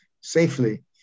safely